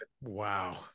Wow